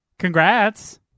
Congrats